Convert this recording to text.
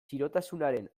txirotasunaren